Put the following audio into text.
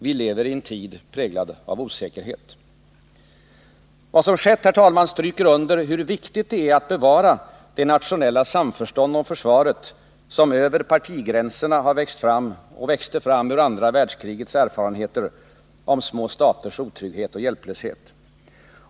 Vi lever i en tid präglad av osäkerhet. Vad som skett, herr talman, stryker under hur viktigt det är att bevara det nationella samförstånd om försvaret över partigränserna som växte fram ur andra världskrigets erfarenheter om små staters otrygghet och hjälplöshet.